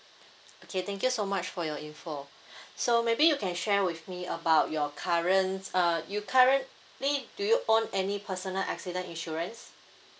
okay thank you so much for your information so maybe you can share with me about your current uh you currently do you own any personal accident insurance